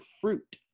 fruit